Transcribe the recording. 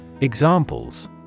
Examples